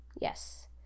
yes